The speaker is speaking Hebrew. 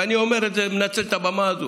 ואני אומר, מנצל את הבמה הזו,